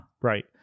Right